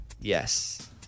Yes